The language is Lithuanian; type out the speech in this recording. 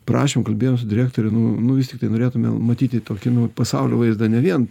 prašėm kalbėjom su direktore nu nu vis tiktai norėtume matyti tokį nu pasaulio vaizdą ne vien